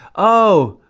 oh,